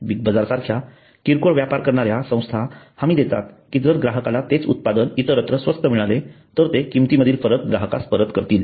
big Bazaar सारख्या किरकोळ व्यापार करणाऱ्या संस्था हमी देतात की जर ग्राहकाला तेच उत्पादन इतरत्र स्वस्त मिळाले तर ते किमतीमधील फरक ग्राहकास परत करतील